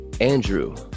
Andrew